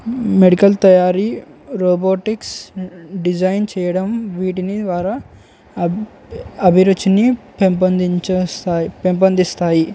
medical తయారీ robotics design చేయడం వీటిని ద్వారా అ అభిరుచిని పెంపొందిచేస్తాయి పెంపొందిస్తాయి